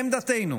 לעמדתנו,